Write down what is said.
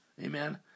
Amen